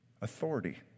authority